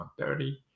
130